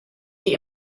die